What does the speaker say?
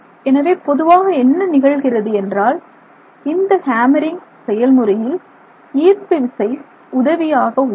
எனவே பொதுவாக என்ன நிகழ்கிறது என்றால் இந்த ஹேமரிங் செயல்முறையில் ஈர்ப்பு விசை உதவியாக உள்ளது